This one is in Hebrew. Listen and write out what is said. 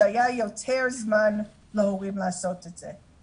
כשהיה יותר זמן להורים לעשות את זה.